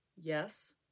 Yes